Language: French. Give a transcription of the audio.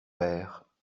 père